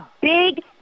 big